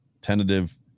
tentative